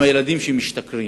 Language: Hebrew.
והם הילדים שמשתכרים.